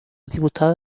diputada